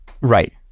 right